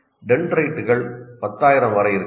டென்ட்ரைட்டுகள் 10000 வரை இருக்கலாம்